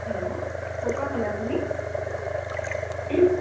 hello ক'ৰ পৰা ক'লে আপুনি